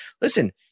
listen